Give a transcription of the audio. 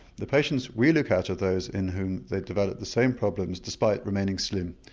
the patients we look at are those in whom they develop the same problems despite remaining slim,